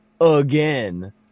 again